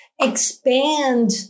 Expand